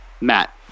Matt